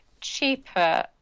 cheaper